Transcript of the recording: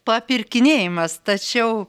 papirkinėjimas tačiau